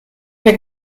der